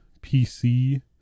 PC